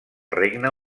regne